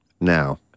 now